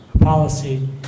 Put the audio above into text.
policy